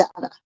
data